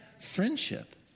friendship